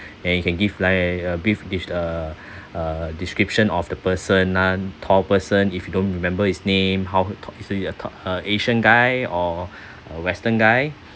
and you can give like a brief des~ uh uh description of the person non tall person if you don't remember his name how he talk is he tall a asian guy or or western guy